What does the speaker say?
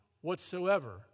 whatsoever